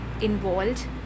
involved